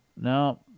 No